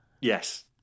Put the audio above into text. Yes